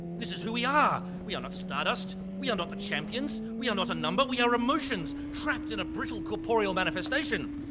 this is who we are. we are not stardust. we are not the champions. we are not a number. we are emotions, trapped in a brittle corporeal manifestation.